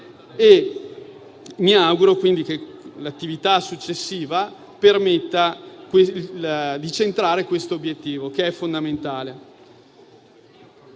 mi auguro che l'attività successiva permetta di centrare questo obiettivo, che è fondamentale.